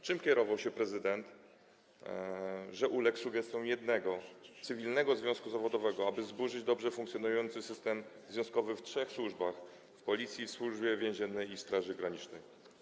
Czym kierował się prezydent, że uległ sugestiom jednego cywilnego związku zawodowego, aby zburzyć dobrze funkcjonujący system związkowy w trzech służbach: Policji, Służbie Więziennej i Straży Granicznej?